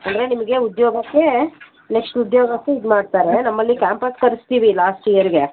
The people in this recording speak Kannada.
ಅಂದರೆ ನಿಮಗೆ ಉದ್ಯೋಗಕ್ಕೆ ನೆಕ್ಷ್ಟ್ ಉದ್ಯೋಗಕ್ಕೆ ಇದು ಮಾಡ್ತಾರೆ ನಮ್ಮಲ್ಲಿ ಕ್ಯಾಂಪಸ್ ಕರಿಸ್ತೀವಿ ಲಾಸ್ಟ್ ಇಯರ್ಗೆ